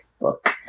book